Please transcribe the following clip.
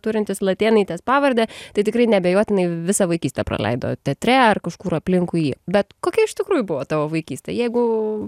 turintis latėnaitės pavardę tai tikrai neabejotinai visą vaikystę praleido teatre ar kažkur aplinkui bet kokia iš tikrųjų buvo tavo vaikystė jeigu